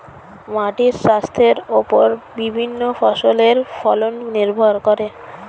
মাটির স্বাস্থ্যের ওপর বিভিন্ন ফসলের ফলন নির্ভর করে